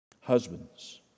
Husbands